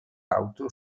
auto